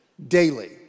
daily